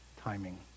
timing